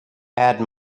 add